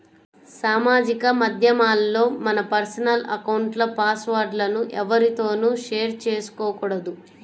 సామాజిక మాధ్యమాల్లో మన పర్సనల్ అకౌంట్ల పాస్ వర్డ్ లను ఎవ్వరితోనూ షేర్ చేసుకోకూడదు